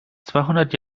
zweihundert